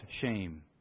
shame